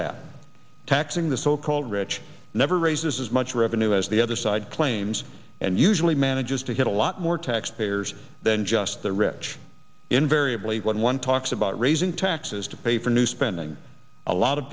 that taxing the so called rich never raise this is much revenue as the other side claims and usually manages to hit a lot more taxpayers than just the rich invariably when one talks about raising taxes to pay for new spending a lot of